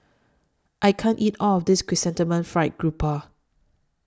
I can't eat All of This Chrysanthemum Fried Garoupa